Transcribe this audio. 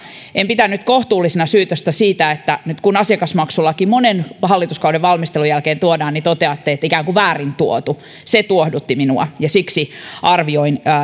en pitänyt kohtuullisena sitä syytöstä että nyt kun asiakasmaksulaki monen hallituskauden valmistelun jälkeen tuodaan niin toteatte että se on ikään kuin väärin tuotu se tuohdutti minua ja siksi arvioin